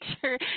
sure